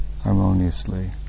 harmoniously